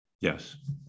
Yes